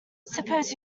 suppose